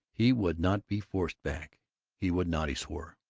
he would not be forced back he would not, he swore,